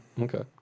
Okay